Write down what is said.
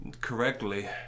Correctly